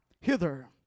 hither